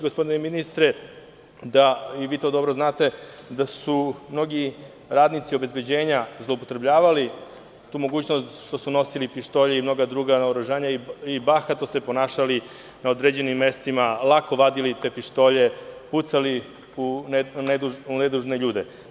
Gospodine ministre, moram istaći da su mnogi radnici obezbeđenja zloupotrebljavali tu mogućnost što su nosili pištolje i mnoga druga naoružanja i bahato se ponašali na određenim mestima, lako vadili te pištolje, pucali u nedužne ljude.